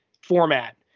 format